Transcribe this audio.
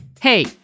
Hey